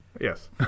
Yes